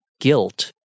Guilt